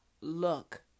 look